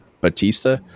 Batista